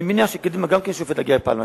אני מניח שקדימה גם כן שואפת להגיע אי-פעם לשלטון.